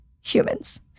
humans